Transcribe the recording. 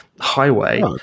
highway